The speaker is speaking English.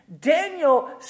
Daniel